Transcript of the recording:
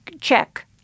check